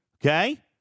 Okay